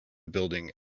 building